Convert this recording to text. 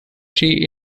chi